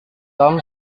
tom